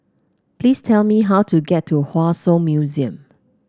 please tell me how to get to Hua Song Museum